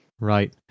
right